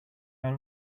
out